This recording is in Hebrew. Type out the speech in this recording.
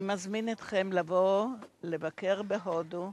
אני מזמין אתכם לבוא לבקר בהודו,